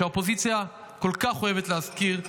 שהאופוזיציה כל כך אוהבת להזכיר,